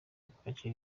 kwakira